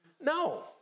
No